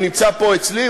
הוא נמצא פה אצלי,